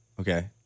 Okay